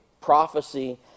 prophecy